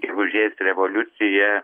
gegužės revoliucija